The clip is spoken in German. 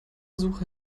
suche